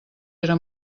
era